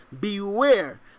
Beware